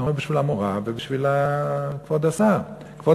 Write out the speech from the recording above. אמרו: בשביל המורה ובשביל כבוד השרה.